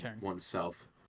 oneself